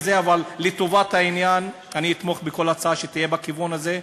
אבל לטובת העניין אני אתמוך בכל הצעה שתהיה בכיוון הזה.